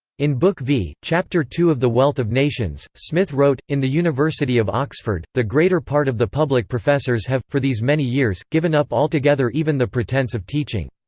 in book v, chapter ii of the wealth of nations, smith wrote in the university of oxford, the greater part of the public professors have, for these many years, given up altogether even the pretence of teaching.